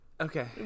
Okay